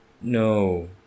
No